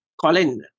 Colin